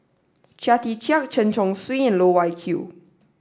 Chia Tee Chiak Chen Chong Swee and Loh Wai Kiew